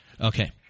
Okay